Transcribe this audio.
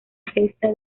gesta